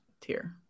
tier